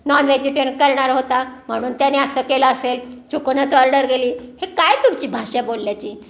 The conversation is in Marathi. नॉन व्हेजिटेर करणार होता म्हणून त्याने असं केलं असेल चुकूनच ऑर्डर गेली ही काय तुमची भाषा बोलण्याची